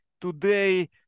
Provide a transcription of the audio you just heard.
today